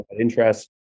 interest